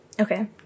Okay